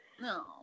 No